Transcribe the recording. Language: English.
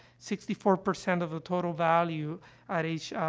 sixty four percent of the total value at age, ah,